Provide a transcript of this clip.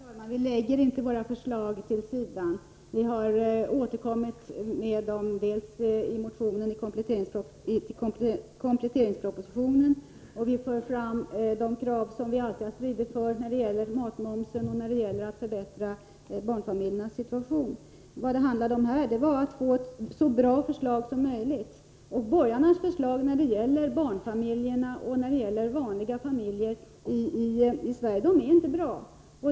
Herr talman! Vi lägger inte våra förslag åt sidan. Vi har bl.a. återkommit med dem i motionen med anledning av kompletteringspropositionen, och vi för fram de krav som vi alltid har stridit för när det gäller matmomsen och att förbättra barnfamiljernas situation. Vad det här handlade om var att få en så bra lösning som möjligt. Borgarnas förslag när det gäller barnfamiljerna och vanliga familjer i Sverige är inte bra.